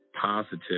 positive